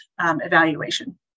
evaluation